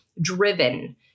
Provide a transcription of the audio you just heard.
driven